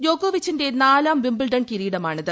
ദ്യോക്കോവിച്ചിന്റെ നാലാം വിംബിൾടൺ കിരീടമാണിത്